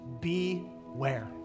beware